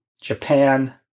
Japan